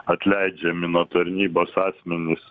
atleidžiami nuo tarnybos asmenys